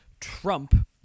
Trump